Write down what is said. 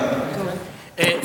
זה דיון אחר, אבל הם בודקים את הנושא.